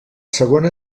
segona